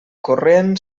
corrent